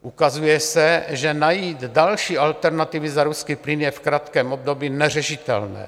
Ukazuje se, že najít další alternativy za ruský plyn je v krátkém období neřešitelné.